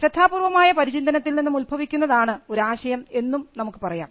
ശ്രദ്ധാപൂർവമായ പരിചിന്തനത്തിൽ നിന്നും ഉത്ഭവിക്കുന്നതാണ് ഒരു ആശയം എന്നും നമുക്ക് പറയാം